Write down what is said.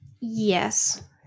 Yes